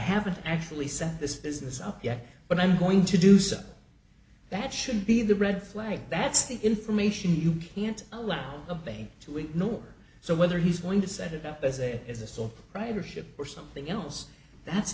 haven't actually sent this business up yet but i'm going to do so that should be the red flag that's the information you can't allow a bank to ignore so whether he's going to set it up as a as a sole ridership or something else that's